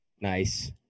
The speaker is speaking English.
Nice